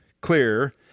clear